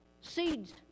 seeds